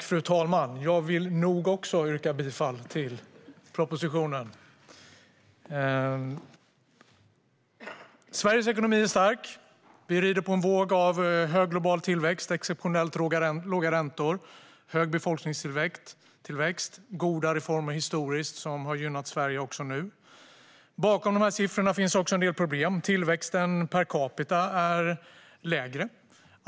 Fru talman! Jag yrkar bifall till propositionen. Sveriges ekonomi är stark. Vi rider på en våg av hög global tillväxt, exceptionellt låga räntor, hög befolkningstillväxt och goda reformer historiskt som gynnar Sverige även nu. Men det finns också en del problem. Tillväxten per capita är lägre.